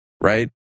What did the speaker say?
right